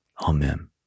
Amen